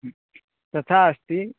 तथा अस्ति